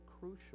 crucial